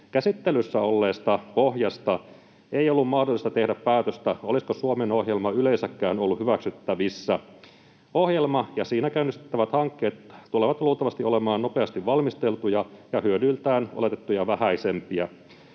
Käsittelyssä olleesta pohjasta ei ollut mahdollista tehdä päätöstä, olisiko Suomen ohjelma yleensäkään ollut hyväksyttävissä. Ohjelma ja siinä käynnistettävät hankkeet tulevat luultavasti olemaan nopeasti valmisteltuja ja hyödyltään oletettuja vähäisempiä.